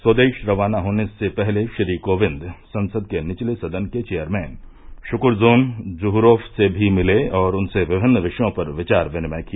स्वदेश रवाना होने से पहले श्री कोविंद संसद के निचले सदन के चेयरमैन श्क्रजोन जुहरोफ से भी मिले और उनसे विभिन्न विषयों पर विचार विनिमय किया